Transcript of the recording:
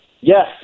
Yes